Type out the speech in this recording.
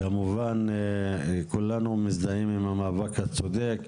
כמובן כולנו מזדהים עם המאבק הצודק.